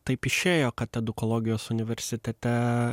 taip išėjo kad edukologijos universitete